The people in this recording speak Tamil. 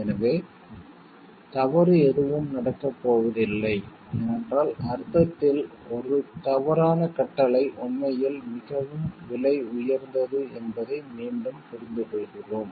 எனவே தவறு எதுவும் நடக்கப் போவதில்லை ஏனென்றால் அர்த்தத்தில் 1 தவறான கட்டளை உண்மையில் மிகவும் விலை உயர்ந்தது என்பதை மீண்டும் புரிந்துகொள்கிறோம்